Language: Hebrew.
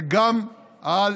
וגם על